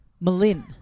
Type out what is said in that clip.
Malin